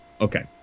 Okay